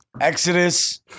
Exodus